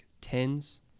tens